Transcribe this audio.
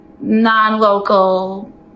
non-local